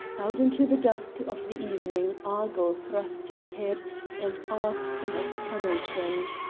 out into the dusk of the evening argyll thrust his head and asked an explanation.